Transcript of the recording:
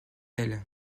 elle